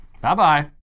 Bye-bye